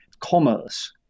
commerce